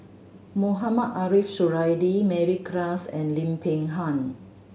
Mohamed Ariff Suradi Mary Klass and Lim Peng Han